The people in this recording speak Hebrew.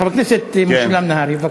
חבר הכנסת משולם נהרי, בבקשה.